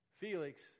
Felix